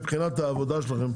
מבחינת העבודה שלכם,